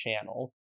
channel